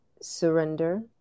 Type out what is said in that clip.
surrender